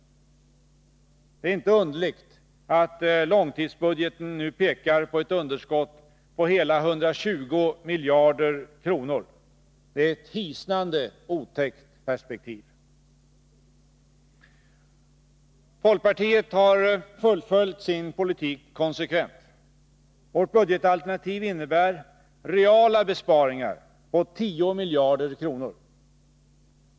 Det är inte underligt att långtidsbudgeten nu pekar på ett underskott på hela 120 miljarder kronor. Det är ett hisnande otäckt perspektiv! Folkpartiet har fullföljt sin politik konsekvent. Vårt budgetalternativ innebär reala besparingar på 10 miljarder kronor.